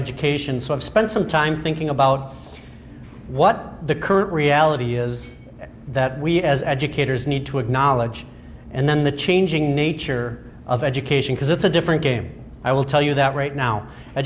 education so i've spent some time thinking about what the current reality is that we as educators need to acknowledge and then the changing nature of education because it's a different game i will tell you that right now